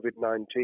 COVID-19